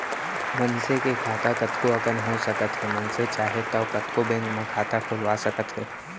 मनसे के खाता कतको अकन हो सकत हे मनसे चाहे तौ कतको बेंक म खाता खोलवा सकत हे